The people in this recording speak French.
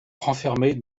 renfermait